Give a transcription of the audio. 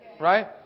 right